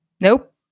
Nope